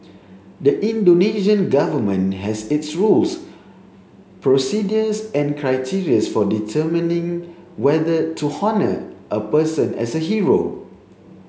the Indonesian Government has its rules procedures and criterias for determining whether to honour a person as a hero